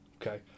Okay